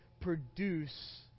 produce